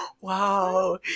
wow